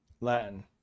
Latin